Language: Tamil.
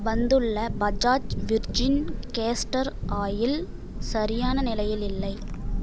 வந்துள்ள பஜாஜ் விர்ஜின் கேஸ்டர் ஆயில் சரியான நிலையில் இல்லை